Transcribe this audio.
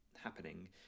happening